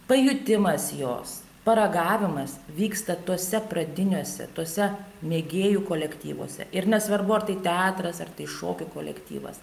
pajutimas jos paragavimas vyksta tuose pradiniuose tuose mėgėjų kolektyvuose ir nesvarbu ar tai teatras ar šokių kolektyvas